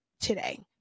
today